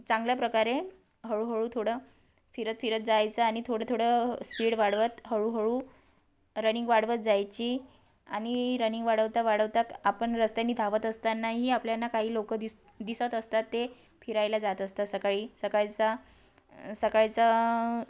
चांगल्या प्रकारे हळूहळू थोडं फिरत फिरत जायचं आणि थोडं थोडं स्पीड वाढवत हळूहळू रनिंग वाढवत जायची आणि रनिंग वाढवता वाढवता आपण रस्त्याने धावत असतानाही आपल्याला काही लोक दिस दिसत असतात ते फिरायला जात असतात सकाळी सकाळचा सकाळचा